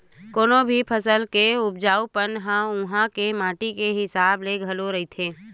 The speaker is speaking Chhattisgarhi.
कोनो भी फसल के उपजाउ पन ह उहाँ के माटी के हिसाब ले घलो रहिथे